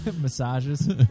Massages